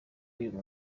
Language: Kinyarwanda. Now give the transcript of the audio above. y’uyu